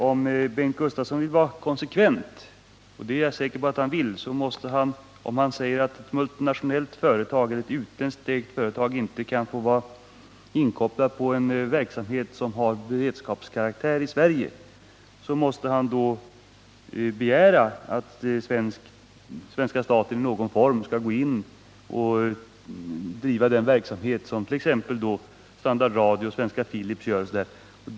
Om Bengt Gustavsson vill vara konsekvent — och det är jag säker på att han vill — måste han, om han säger att ett multinationellt eller utlandsägt företag inte kan få vara inkopplat på en verksamhet i Sverige som har beredskapskaraktär, också begära att svenska staten i någon form skall gå in och driva den verksamhet som t.ex. Standard Radio och Svenska AB Philips står för.